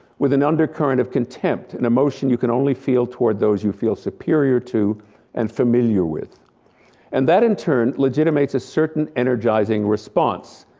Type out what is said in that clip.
with an undercurrent of contempt, an emotion you can only feel toward those you feel superior to and familiar with and that in turn, legitimates a certain energizing response.